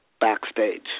backstage